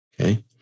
Okay